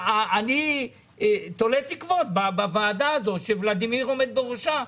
אני תולה תקוות בוועדה הזאת שוולדימיר עומד בראשה,